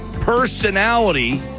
Personality